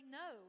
no